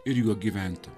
ir juo gyventi